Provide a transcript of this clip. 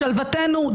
שלוותנו,